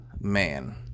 man